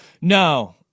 No